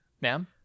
ma'am